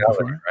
right